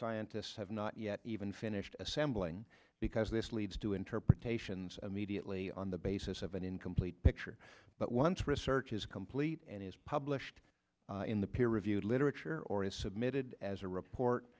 scientists have not yet even finished assembling because this leads to interpretations mediately on the basis of an incomplete picture but once research is complete and is published in the peer reviewed literature or is submitted as a report